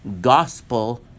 gospel